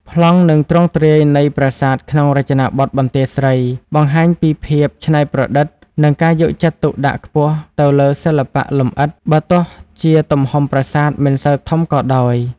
ប្លង់ និងទ្រង់ទ្រាយនៃប្រាសាទក្នុងរចនាបថបន្ទាយស្រី បង្ហាញពីភាពច្នៃប្រឌិត និងការយកចិត្តទុកដាក់ខ្ពស់ទៅលើសិល្បៈលម្អិត បើទោះជាទំហំប្រាសាទមិនសូវធំក៏ដោយ។